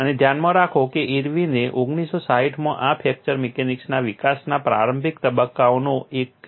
અને ધ્યાનમાં રાખો કે ઇર્વિને 1960 માં આ ફ્રેક્ચર મિકેનિક્સના વિકાસના પ્રારંભિક તબક્કાઓમાંનો એક છે